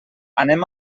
anem